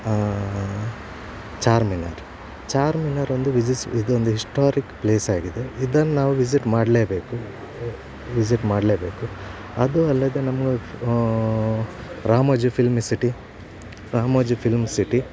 ಚಾರ್ Minar Charminar ಒಂದು ವಿಝಿಸ್ ಇದೊಂದು ಹಿಸ್ಟಾರಿ ಪ್ಲೇಸ್ ಆಗಿದೆ ಇದನ್ನು ನಾವು ವಿಝಿಟ್ ಮಾಡಲೇಬೇಕು ವಿಝಿಟ್ ಮಾಡಲೇಬೇಕು ಅದೂ ಅಲ್ಲದೆ ನಮ್ಮ Ramoji film city Ramoji film city